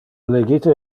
legite